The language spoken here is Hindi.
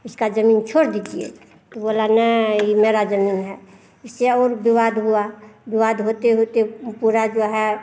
इसका जमीन छोड़ दीजिए तो बोला नाई ये मेरा जमीन है इससे और विवाद हुआ विवाद होते होते पूरा जो है